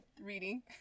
reading